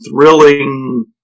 thrilling